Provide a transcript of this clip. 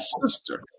sister